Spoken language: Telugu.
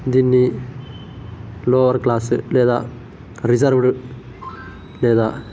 దీన్ని లోవర్ క్లాసు లేదా రిజర్వుడు లేదా